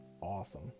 awesome